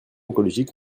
écologique